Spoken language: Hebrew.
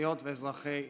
אזרחיות ואזרחי ישראל.